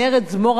מודן",